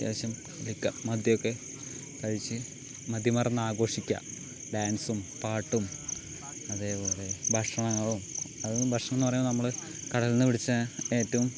അത്യാവശ്യം മദ്യമൊക്കെ കഴിച്ച് മതി മറന്ന് ആഘോഷിക്കുക ഡാൻസും പാട്ടും അതേപോലെ ഭക്ഷണങ്ങളും അത് ഭക്ഷണമെന്ന് പറയുന്ന നമ്മള് കടലിൽനിന്ന് പിടിച്ച ഏറ്റവും